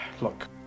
Look